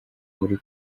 muri